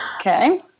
Okay